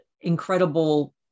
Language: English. incredible